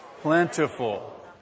plentiful